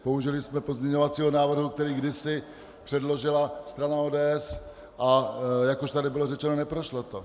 Použili jsme pozměňovacího návrhu, který kdysi předložila strana ODS, a jak už tady bylo řečeno, neprošlo to.